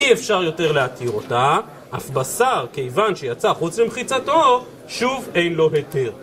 אי אפשר יותר להתיר אותה, אף בשר, כיוון שיצא חוץ ממחיצתו, שוב אין לו היתר.